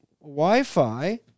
wi-fi